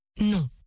Non